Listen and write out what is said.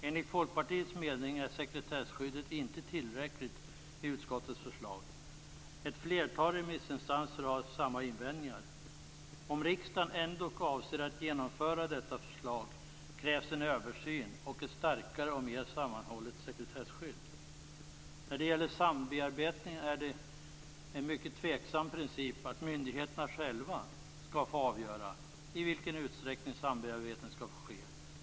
Enligt Folkpartiets mening är sekretesskyddet inte tillräckligt i utskottets förslag. Ett flertal remissinstanser har samma invändningar. Om riksdagen ändock avser att genomföra detta förslag, krävs en översyn och ett starkare och mer sammanhållet sekretesskydd. När det gäller sambearbetning är det en mycket tveksam princip att myndigheterna själva skall få avgöra i vilken utsträckning detta skall få ske.